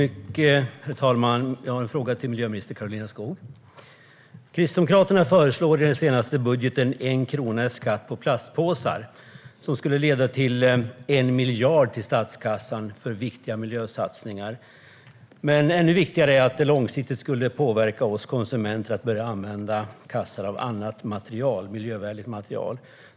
Herr talman! Jag har en fråga till miljöminister Karolina Skog. Kristdemokraterna föreslår i sin senaste budget 1 krona i skatt på plastpåsar, vilket skulle ge 1 miljard till statskassan för viktiga miljösatsningar. Ännu viktigare är att det långsiktigt skulle påverka oss konsumenter att börja använda kassar av annat, miljövänligt, material.